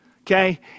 okay